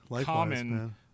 common